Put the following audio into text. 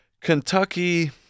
Kentucky